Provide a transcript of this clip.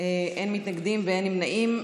אין מתנגדים ואין נמנעים.